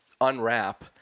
unwrap